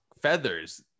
feathers